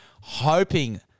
Hoping